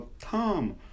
Tom